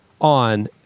on